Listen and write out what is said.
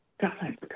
God